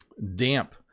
damp